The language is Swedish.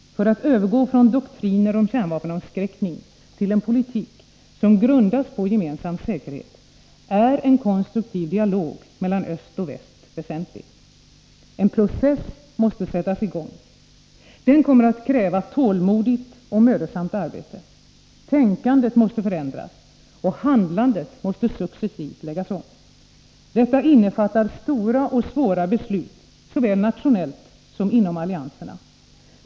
För att övergå från doktriner om kärnvapenavskräckning till en politik som grundas på gemensam säkerhet är en konstruktiv dialog mellan öst och väst väsentlig. En process måste sättas i gång. Den kommer att kräva tålmodigt och mödosamt arbete. Tänkandet måste förändras. Och handlandet måste successivt läggas om. Detta innefattar stora och svåra beslut, såväl nationellt som inom allianserna.